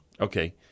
okay